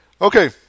Okay